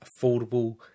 affordable